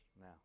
now